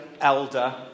elder